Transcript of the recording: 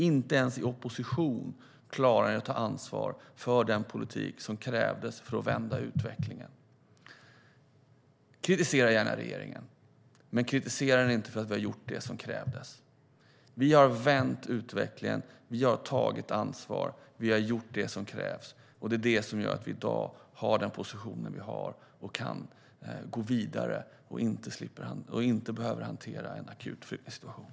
Inte ens i opposition klarade ni av att ta ansvar för den politik som krävdes för att vända utvecklingen. Kritisera gärna regeringen, men kritisera den inte för att den har gjort det som krävts! Vi har vänt utvecklingen. Vi har tagit ansvar. Vi har gjort det som krävts. Det är det som gör att vi i dag har den positionen vi har så att vi kan gå vidare och inte behöver hantera en akut flyktingsituation.